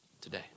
today